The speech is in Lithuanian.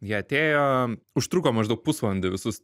jie atėjo užtruko maždaug pusvalandį visus